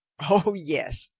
o, yes,